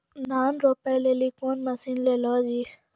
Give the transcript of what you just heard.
धान रोपे लिली कौन मसीन ले लो जी?